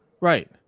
Right